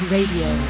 Radio